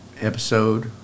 Episode